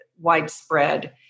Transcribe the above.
widespread